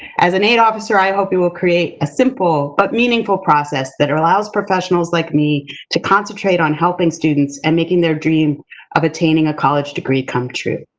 as an aid officer, i hope we will create a simple but meaningful process that allows professionals like me to concentrate on helping students and making their dream of attaining a college degree come true.